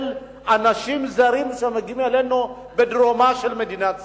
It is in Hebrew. אנשים זרים שמגיעים אלינו מדרומה של מדינת ישראל.